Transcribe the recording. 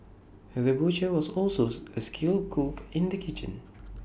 the butcher was also A skilled cook in the kitchen